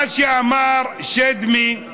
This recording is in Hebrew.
מה שאמר שדמי הוא